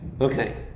okay